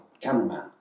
cameraman